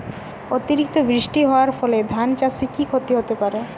অতিরিক্ত বৃষ্টি হওয়ার ফলে ধান চাষে কি ক্ষতি হতে পারে?